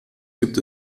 gibt